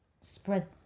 spread